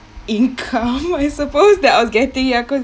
income I suppose that I was getting ya cause